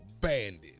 bandit